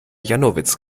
janowitz